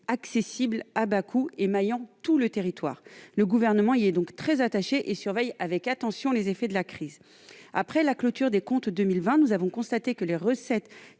accessibles à bas coût et maillant tout le territoire. Le Gouvernement y est donc très attaché et surveille avec attention les effets de la crise. Après la clôture des comptes de 2020, nous avons constaté que les recettes